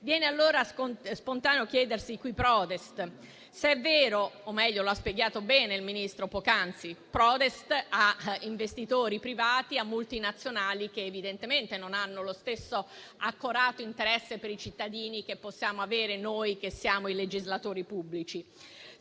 Viene allora spontaneo chiedersi: *cui prodest*? Lo ha spiegato bene il Ministro poc'anzi: *prodest* agli investitori privati e alle multinazionali, che evidentemente non hanno lo stesso accorato interesse per i cittadini che possiamo avere noi, che siamo i legislatori pubblici.